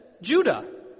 Judah